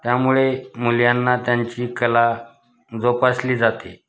त्यामुळे मुलांना त्यांची कला जोपासली जाते